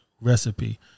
recipe